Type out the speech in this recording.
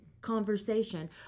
conversation